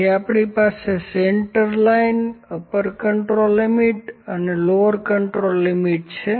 તેથી આપણી પાસે centre line upper control limit અને લોવર કન્ટ્રોલ લિમિટ છે